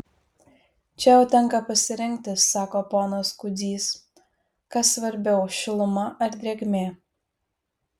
čia jau tenka pasirinkti sako ponas kudzys kas svarbiau šiluma ar drėgmė